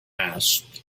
asked